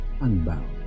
unbound